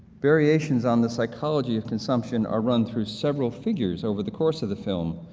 variations on the psychology of consumption are run through several figures over the course of the film,